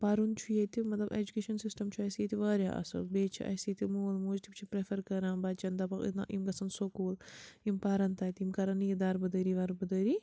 پَرُن چھُ ییٚتہِ مطلب ایٚجوکیشَن سِسٹَم چھُ اسہِ ییٚتہِ واریاہ اصٕل بیٚیہِ چھِ اسہِ ییٚتہِ مول موج تِم چھِ پرٛیٚفَر کَران بَچیٚن دَپان نَہ یِم گژھیٚن سکوٗل یِم پَریٚن تَتہِ یِم کَریٚن نہٕ یہِ دَر بہٕ دٔری وَر بہٕ دٔری